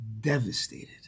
Devastated